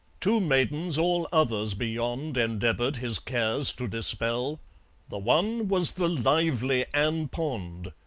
two maidens all others beyond endeavoured his cares to dispel the one was the lively ann pond,